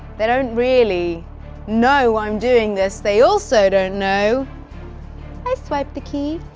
they don't really know i'm doing this. they also don't know i swiped the key.